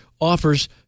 offers